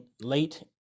late